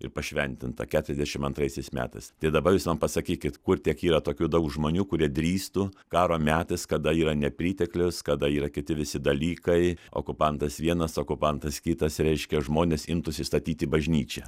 ir pašventinta keturiasdešim antraisiais metais tai dabar jūs man pasakykit kur tiek yra tokių daug žmonių kurie drįstų karo metais kada yra nepriteklius kada yra kiti visi dalykai okupantas vienas okupantas kitas reiškia žmonės imtųsi statyti bažnyčią